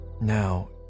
now